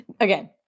again